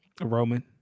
Roman